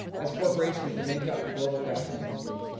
as corporations that make up the global fashion industry,